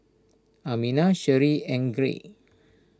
Amina Sherri and Greg